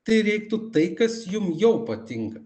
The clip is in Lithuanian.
tai reiktų tai kas jum jau patinka